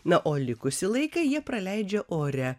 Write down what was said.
na o likusį laiką jie praleidžia ore